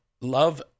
Love